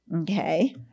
okay